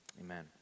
amen